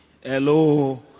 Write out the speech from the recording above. Hello